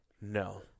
No